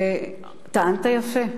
טענת יפה,